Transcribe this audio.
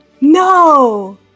No